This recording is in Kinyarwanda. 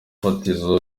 fatizo